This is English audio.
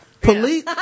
Police